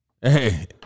Hey